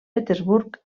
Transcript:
petersburg